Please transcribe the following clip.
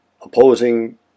opposing